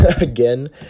again